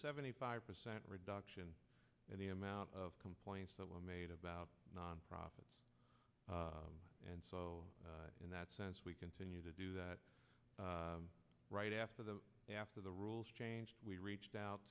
seventy five percent reduction in the amount of complaints that were made about nonprofits and so in that sense we continue to do that right after the after the rules change we reached out